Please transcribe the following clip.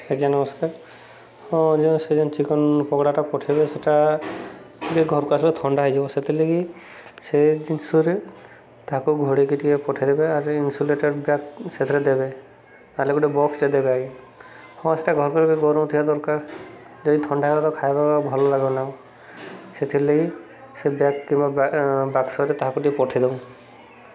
ଆଜ୍ଞା ନମସ୍କାର ହଁ ଯେଉ ସେ ଯେନ୍ ଚିକେନ ପକୋଡ଼ାଟା ପଠେଇବେ ସେଟା ଟିକେ ଘରକୁ ଆସିଲେ ଥଣ୍ଡା ହେଇଯିବ ସେଥିଲାଗି ସେ ଜିନିଷରେ ତାହାକୁ ଘୋଡ଼େଇକି ଟିକେ ପଠେଇଦେବେ ଆର୍ ଇନ୍ସୁଲେଟେଡ଼୍ ବ୍ୟାଗ ସେଥିରେ ଦେବେ ଆେଲେ ଗୋଟେ ବକ୍ସଟେ ଦେବେ ହଁ ସେଟା ଘରକୁ ଟିକେ ଗରମ ଥିବା ଦରକାର ଯଦି ଥଣ୍ଡା ହେବ ତ ଖାଇବାକୁ ଭଲ ଲାଗନା ସେଥିରଲାଗି ସେ ବ୍ୟାଗ୍ କିମ୍ବା ବାକ୍ସରେ ତାହାକୁ ଟିକେ ପଠେଇଦଉନ୍